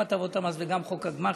גם הטבות המס וגם חוק הגמ"חים,